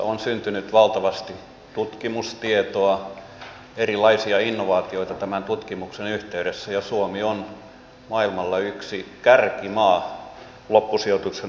on syntynyt valtavasti tutkimustietoa erilaisia innovaatioita tämän tutkimuksen yhteydessä ja suomi on maailmalla yksi kärkimaa loppusijoituksen osalta nimenomaan kallioon